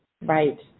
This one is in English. Right